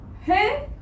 hey